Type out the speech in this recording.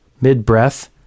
mid-breath